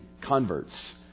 converts